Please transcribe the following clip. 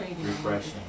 refreshing